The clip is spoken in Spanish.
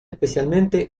especialmente